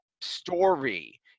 story